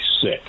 sick